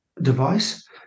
device